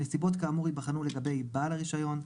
נסיבות כאמור ייבחנו לגבי בעל הרישיון,